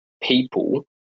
people